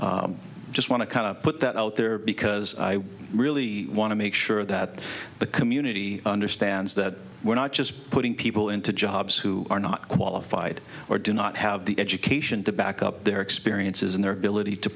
just want to put that out there because i really want to make sure that the community understands that we're not just putting people into jobs who are not qualified or do not have the education to back up their experiences in their ability to